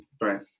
right